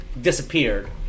disappeared